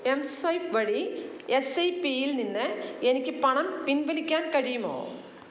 mSwipe വഴി S I P യിൽനിന്ന് എനിക്ക് പണം പിൻവലിക്കാൻ കഴിയുമോ